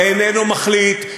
ואיננו מחליט.